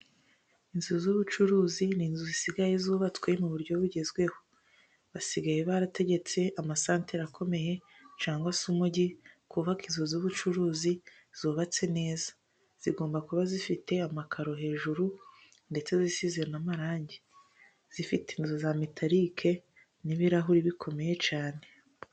Inzu z'ubucuruzi ni inzu zisigaye zubatswe mu buryo bugezweho, basigaye barategetse amasantera akomeye cyangwa se umugi kubaka inzu z'ubucuruzi zubatse neza, zigomba kuba zifite amakaro hejuru, ndetse zisize n'amarangi, zifite inzugi za metalike n'ibirahuri bikomeye cyane.